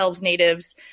Natives